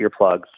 earplugs